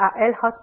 તેથી આ એલ